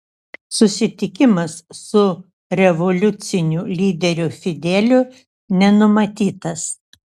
susitikimas su revoliuciniu lyderiu fideliu nenumatytas